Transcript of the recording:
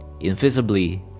invisibly